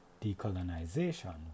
Decolonization